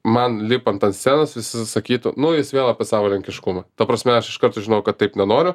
man lipant ant scenos visi sakytų nu jis vėl apie savo lenkiškumą ta prasme aš iškarto žinojau kad taip nenoriu